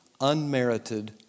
unmerited